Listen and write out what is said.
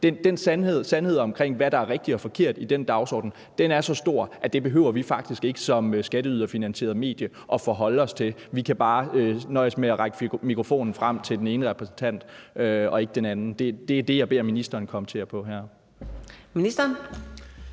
og det kunne også være klimadagsordenen – at det behøver vi faktisk ikke som skatteyderfinansieret medie at forholde os til. Vi kan bare nøjes med at række mikrofonen frem til den ene repræsentant og ikke den anden. Det er det, jeg beder ministeren kommentere på her.